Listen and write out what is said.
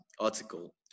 article